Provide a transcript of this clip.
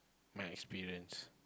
my experience